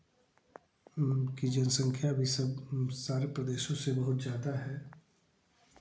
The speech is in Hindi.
उनकी जनसंख्या भी सब सारे प्रदेशों से बहुत ज़्यादा है